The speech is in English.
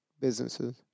businesses